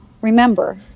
Remember